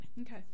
Okay